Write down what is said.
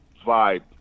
vibe